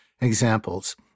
examples